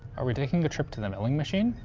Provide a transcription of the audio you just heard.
are we taking a trip to the milling machine?